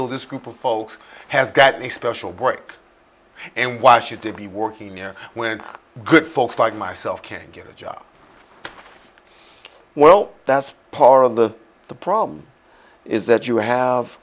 though this group of folks has got a special work and why should they be working here when good folks like myself can't get a job well that's part of the the problem is that you have